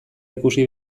ikusi